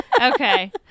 Okay